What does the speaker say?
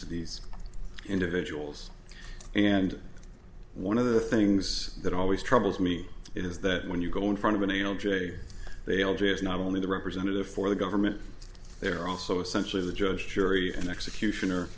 to these individuals and one of the things that always troubles me is that when you go in front of an anal jay they all day is not only the representative for the government they're also essentially the judge jury and executioner